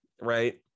right